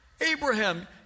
Abraham